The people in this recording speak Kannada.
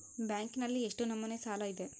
ಬ್ಯಾಂಕಿನಲ್ಲಿ ಎಷ್ಟು ನಮೂನೆ ಸಾಲ ಇದೆ?